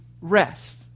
rest